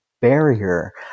barrier